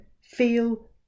feel